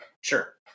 Sure